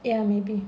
ya maybe